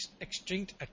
Extinct